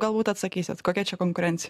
galbūt atsakysit kokia čia konkurencija